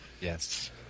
Yes